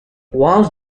walls